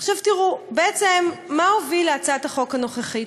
עכשיו, תראו, בעצם מה הוביל להצעת החוק הנוכחית?